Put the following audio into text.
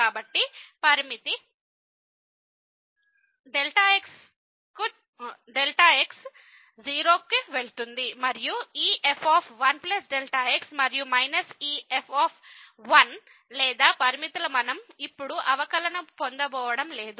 కాబట్టి limit x0 మరియు ఈ f 1 x మరియు మైనస్ ఈ f లేదా పరిమితులు మనం ఇప్పుడు అవకలనము పొందబోవడం లేదు